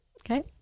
okay